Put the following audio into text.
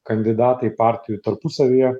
kandidatai partijų tarpusavyje